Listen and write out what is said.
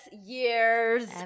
years